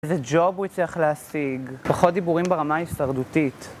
איזה ג'וב הוא הצליח להשיג? פחות דיבורים ברמה ההשרדותית.